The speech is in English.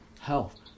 health